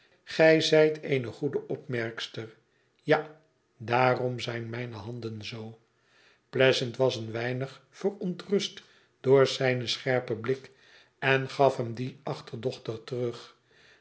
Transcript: gij zijt eene goede opmerkster a daarom zijn mijne handen zoo pleasant was een weinig verontrust door zijn scherpen blik en gaf hem dien achterdochtig terug